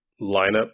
lineup